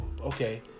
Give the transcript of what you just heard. okay